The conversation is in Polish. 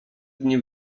dni